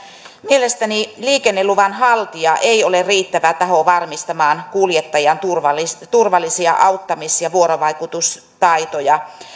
mielestäni liikenneluvan haltija ei ole riittävä taho varmistamaan kuljettajan turvallisia turvallisia auttamis ja vuorovaikutustaitoja